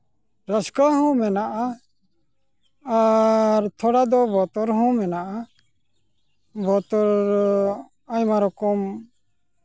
ᱨᱟᱹᱥᱠᱟᱹ ᱦᱚᱸ ᱢᱮᱱᱟᱜᱼᱟ ᱟᱨ ᱛᱷᱚᱲᱟ ᱫᱚ ᱵᱚᱛᱚᱨ ᱦᱚᱸ ᱢᱮᱱᱟᱜᱼᱟ ᱵᱚᱛᱚᱨ ᱟᱭᱢᱟ ᱨᱚᱠᱚᱢ